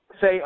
say